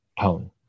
tone